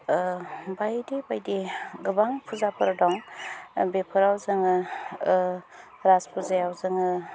बायदि बायदि गोबां फुजाफोर दं बेफोराव जोङो राज फुजायाव जोङो